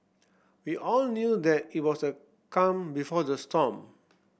we all knew that it was the calm before the storm